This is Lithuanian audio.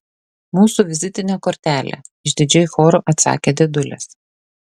mūsų vizitinė kortelė išdidžiai choru atsakė dėdulės